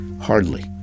Hardly